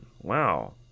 Wow